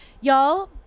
Y'all